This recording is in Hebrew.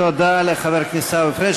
תודה לחבר הכנסת עיסאווי פריג'.